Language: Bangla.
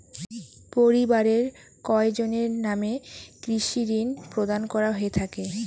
পরিবারের কয়জনের নামে কৃষি ঋণ প্রদান করা হয়ে থাকে?